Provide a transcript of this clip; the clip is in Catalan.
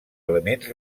elements